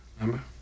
remember